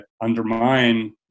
undermine